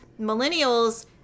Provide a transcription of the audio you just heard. millennials